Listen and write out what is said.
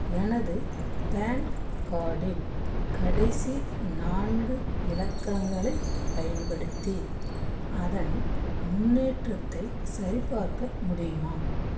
எனது பேன் கார்டின் கடைசி நான்கு இலக்கங்களைப் பயன்படுத்தி அதன் முன்னேற்றத்தை சரிப்பார்க்க முடியுமா